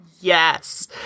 Yes